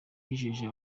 yijeje